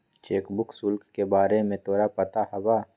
Cheque book शुल्क के बारे में तोरा पता हवा?